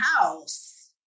house